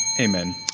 Amen